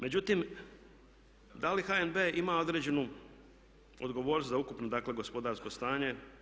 Međutim da li HNB ima određenu odgovornost za ukupno dakle gospodarsko stanje?